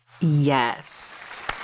Yes